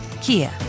Kia